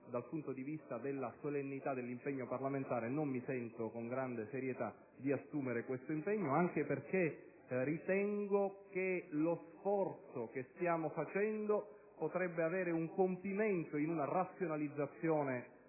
dal punto di vista della solennità dell'impegno parlamentare non mi sento, con grande serietà, di assumere questo impegno, anche perché ritengo che lo sforzo che stiamo facendo potrebbe sì avere un compimento in una razionalizzazione